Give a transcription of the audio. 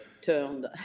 turned